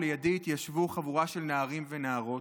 ולידי התיישבו חבורה של נערים ונערות.